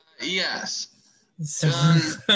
yes